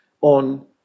on